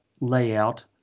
layout